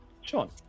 Sean